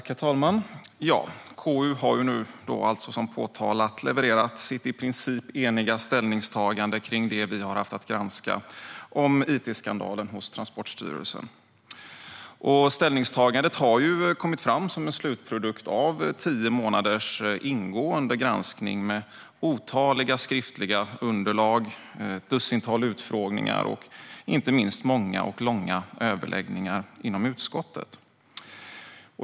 Herr talman! KU har nu levererat sitt i princip eniga ställningstagande kring det vi har haft att granska om it-skandalen hos Transportstyrelsen. Ställningstagandet har kommit fram som en slutprodukt av tio månaders ingående granskning, med otaliga skriftliga underlag, ett dussintal utfrågningar och inte minst många och långa överläggningar inom utskottet.